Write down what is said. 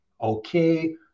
okay